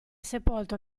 sepolto